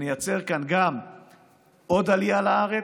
נייצר כאן גם עוד עלייה לארץ,